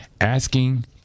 Asking